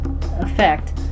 effect